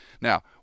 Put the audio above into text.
Now